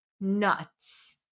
nuts